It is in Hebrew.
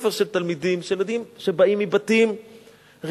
בית-ספר של תלמידים, של ילדים שבאים מבתים רגילים,